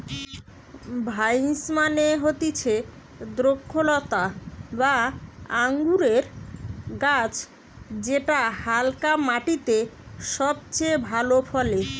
vines মানে হতিছে দ্রক্ষলতা বা আঙুরের গাছ যেটা হালকা মাটিতে সবচে ভালো ফলে